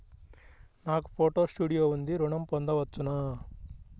నాకు photo studio ఉంది ఋణం పొంద వచ్చునా?